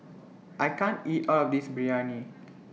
I can't eat All of This Biryani